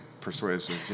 persuasive